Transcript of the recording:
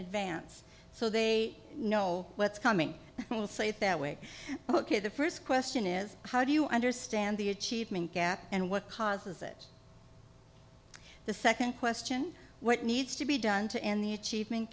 advance so they know what's coming that way ok the first question is how do you understand the achievement gap and what causes it the second question what needs to be done to end the achievement